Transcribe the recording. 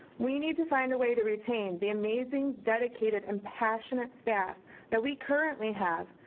we need to find a way to retain the amazing, dedicated and passionate staff that we currently have,